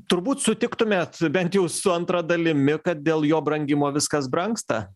turbūt sutiktumėt bent jau su antra dalimi kad dėl jo brangimo viskas brangsta